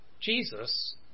Jesus